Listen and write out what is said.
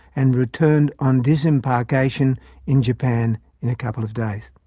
and returned on disembarkation in japan in a couple of days.